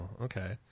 okay